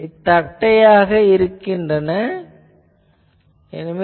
எனவே தட்டையானவை கிடைக்கின்றன